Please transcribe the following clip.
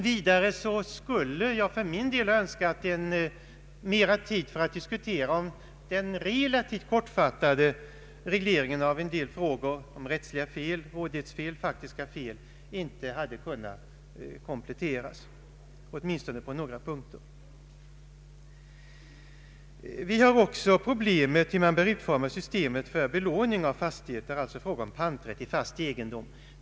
Vidare skulle jag för min del ha önskat mera tid för att diskutera, om inte den relativt kortfattade regleringen av en del frågor om rättsliga fel, rådighetsfel och faktiska fel hade kunnat kompletteras, åtminstone på några punkter. Vi har också problemet hur man bör utforma systemet för belåning av fastigheter, alltså frågan om panträtt i fast egendom.